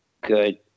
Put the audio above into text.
good